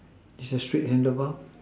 is the street handle bar